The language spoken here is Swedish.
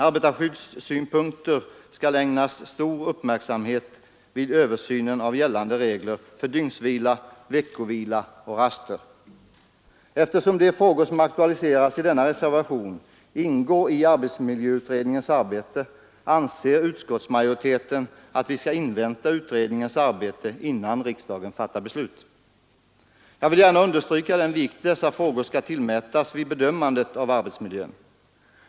Arbetarskyddssynpunkter skall ägnas stor uppmärksamhet vid översynen av gällande regler för dygnsvila, veckovila och raster. Eftersom de frågor som aktualiserats i reservationen 1 ingår i arbetsmiljöutredningens arbete, anser utskottsmajoriteten att vi skall invänta resultatet av utredningen innan riksdagen fattar beslut. Jag vill gärna understryka den vikt dessa frågor bör tillmätas vid bedömandet av arbetsmiljön.